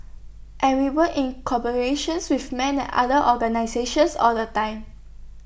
and we work in with men and other organisations all the time